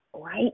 right